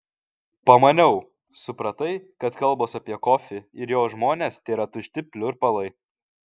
pamaniau supratai kad kalbos apie kofį ir jo žmones tėra tušti pliurpalai